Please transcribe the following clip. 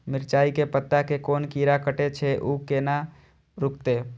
मिरचाय के पत्ता के कोन कीरा कटे छे ऊ केना रुकते?